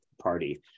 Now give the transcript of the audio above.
party